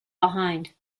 behind